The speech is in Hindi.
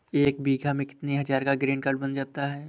एक बीघा में कितनी हज़ार का ग्रीनकार्ड बन जाता है?